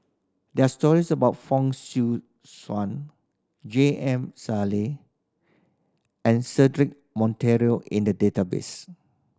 there are stories about Fong Swee Suan J M Sali and Cedric Monteiro in the database